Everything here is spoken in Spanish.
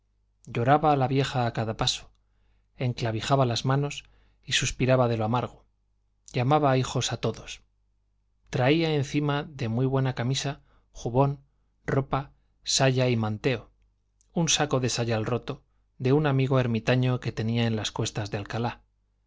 lloraba la vieja a cada paso enclavijaba las manos y suspiraba de lo amargo llamaba hijos a todos traía encima de muy buena camisa jubón ropa saya y manteo un saco de sayal roto de un amigo ermitaño que tenía en las cuestas de alcalá